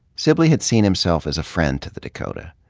sibley had seen himself as a friend to the dakota.